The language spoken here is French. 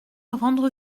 rendre